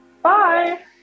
Bye